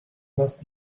must